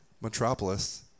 metropolis